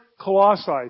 Colossae